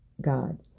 God